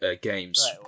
Games